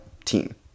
team